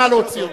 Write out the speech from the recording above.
נא להוציא אותו.